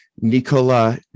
Nicola